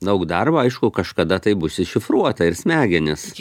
daug darbo aišku kažkada tai bus iššifruota ir smegenis